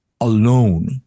alone